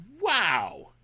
wow